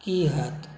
की होएत